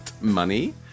Money